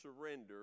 surrender